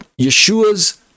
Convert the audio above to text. Yeshua's